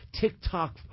TikTok